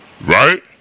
right